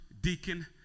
deacon